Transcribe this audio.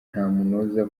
ntamunoza